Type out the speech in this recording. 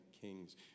kings